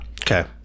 Okay